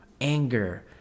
anger